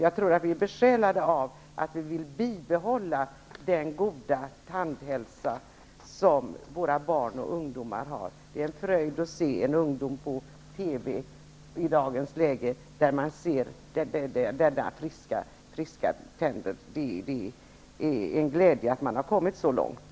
Jag tror att vi är besjälade av att bibehålla den goda tandhälsa som våra barn och ungdomar har. Det är i dagens läge en fröjd att på TV kunna se våra ungdomar med deras friska tänder. Det är en glädje att man har kommit så långt.